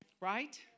right